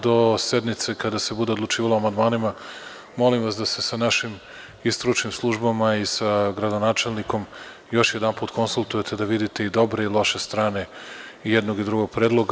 Do sednice kada se bude odlučivalo o amandmanima molim vas da se sa našim stručnim službama i sa gradonačelnikom još jednom konsultujete da vidite i dobre i loše strane i jednog i drugog predloga.